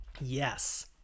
Yes